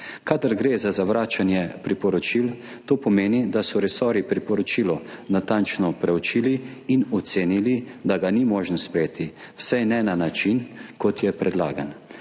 Kadar gre za zavračanje priporočil, to pomeni, da so resorji priporočilo natančno preučili in ocenili, da ga ni možno sprejeti, vsaj ne na način, kot je predlagan.